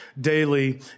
daily